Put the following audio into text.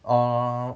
err